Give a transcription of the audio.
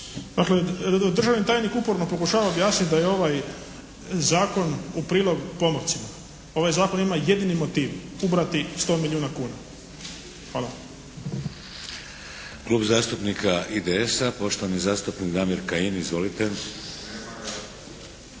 Dakle državni tajnik uporno pokušava objasniti da je ovaj zakon u prilog pomorcima. Ovaj zakon ima jedini motiv. Ubrati 100 milijuna kuna. Hvala.